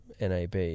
NAB